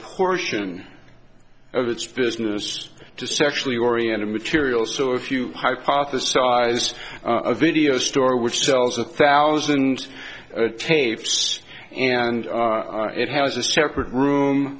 portion of its business to sexually oriented material so if you hypothesize a video store which sells a thousand tapes and it has a separate room